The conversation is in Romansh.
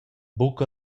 buca